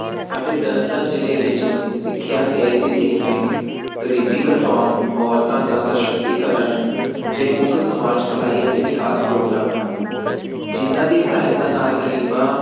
ਸਾਡੇ ਤਰਨ ਤਾਰਨ ਜ਼ਿਲ੍ਹੇ ਵਿੱਚ ਸਿੱਖਿਆ ਸਿਹਤ ਦੀ ਦੇਖ ਰੇਖ ਗਰੀਬੀ ਘਟਾਉਣ ਔਰਤਾਂ ਦਾ ਸਸ਼ਕਤੀਕਰਨ ਜਿਹੇ ਮੁੱਖ ਸਮਾਜ ਭਲਾਈ ਅਤੇ ਵਿਕਾਸ ਪ੍ਰੋਗਰਾਮ ਹਨ ਜਿਨ੍ਹਾਂ ਦੀ ਸਹਾਇਤਾ ਨਾਲ ਗਰੀਬਾਂ